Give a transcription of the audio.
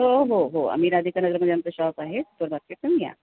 हो हो हो आम्ही राधिकानगरमध्ये आमचं शॉप आहे